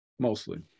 mostly